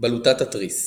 בלוטת התריס